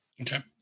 Okay